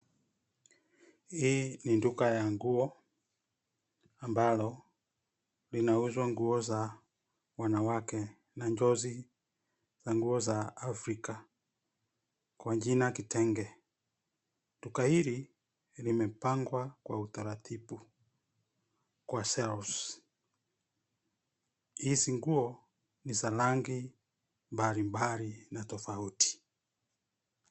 Hii ni duka ya nguo, ambalo, linauzwa nguo za, wanawake, na njozi, za nguo za Afrika, kwa jina kitenge. Duka hili, limepangwa kwa utaratibu, kwa shelves . Hizi nguo, ni za rangi, mbalimbali na tofauti.